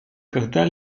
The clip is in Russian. когда